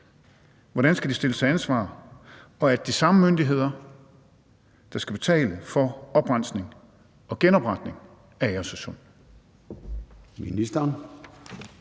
Hvordan skal de stilles til ansvar? Og er det de samme myndigheder, der skal betale for oprensning og genopretning af Agersø